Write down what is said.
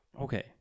okay